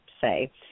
say